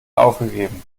aufgegeben